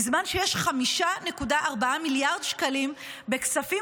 בזמן שיש 5.4 מיליארד שקלים בכספים